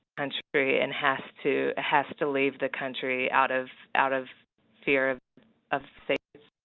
country and has to has to leave the country out of out of fear of faith.